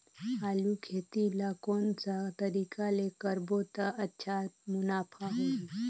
आलू खेती ला कोन सा तरीका ले करबो त अच्छा मुनाफा होही?